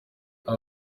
aba